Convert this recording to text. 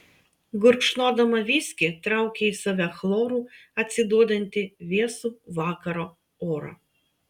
gurkšnodama viskį traukė į save chloru atsiduodantį vėsų vakaro orą